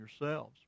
yourselves